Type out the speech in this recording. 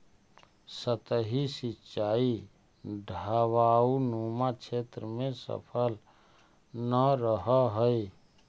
सतही सिंचाई ढवाऊनुमा क्षेत्र में सफल न रहऽ हइ